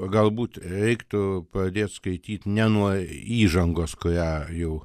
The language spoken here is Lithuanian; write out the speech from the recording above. galbūt reiktų pradėt skaityt ne nuo įžangos kurią jau